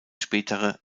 spätere